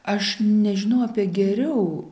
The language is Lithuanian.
aš nežinau apie geriau